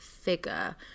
figure